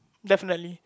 definitely